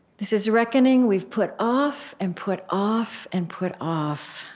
this is reckoning we've put off and put off and put off.